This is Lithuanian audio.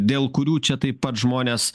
dėl kurių čia taip pat žmonės